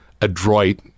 adroit